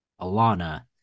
Alana